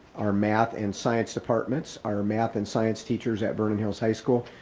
our math and science departments, our math and science teachers at vernon hills high school,